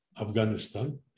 Afghanistan